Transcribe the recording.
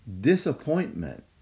disappointment